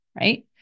right